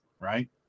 right